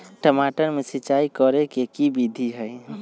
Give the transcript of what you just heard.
टमाटर में सिचाई करे के की विधि हई?